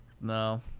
No